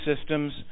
systems